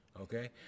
Okay